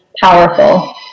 powerful